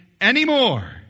anymore